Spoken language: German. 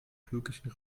türkischen